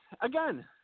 Again